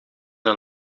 een